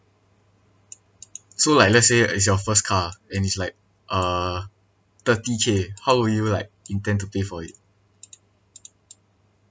so like let's say it's your first car and it's like uh thirty K how will you like intend to pay for it